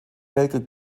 weltkrieg